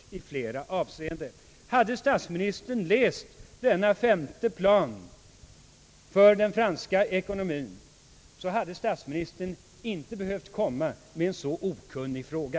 Hade statsministern läst denna skrift, »Fifth plan, economic and social development plan utgiven av commissariat général du plan dréquipement et de la productivité, alltså den femte planen för den franska ekonomien, hade statsministern inte behövt komma med en så okunnig fråga.